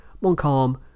Montcalm